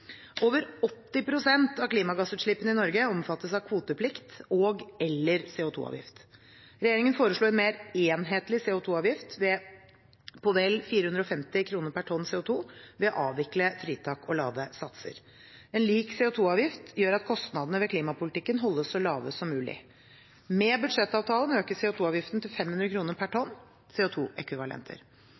Over 80 pst. av klimagassutslippene i Norge omfattes av kvoteplikt og/eller CO2-avgift. Regjeringen foreslo en mer enhetlig CO2-avgift på vel 450 kr per tonn CO2 ved å avvikle fritak og lave satser. En lik CO2-avgift gjør at kostnadene ved klimapolitikken holdes så lave som mulig. Med budsjettavtalen økes CO2-avgiften til 500 kr per tonn